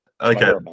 okay